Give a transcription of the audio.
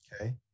Okay